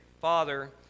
father